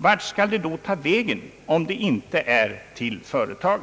Vart skall de då ta vägen om inte till företagen?